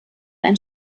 ein